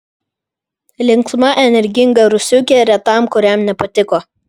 linksma energinga rusiukė retam kuriam nepatiko